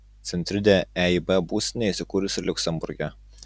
centrinė eib būstinė įsikūrusi liuksemburge